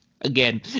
again